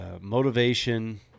motivation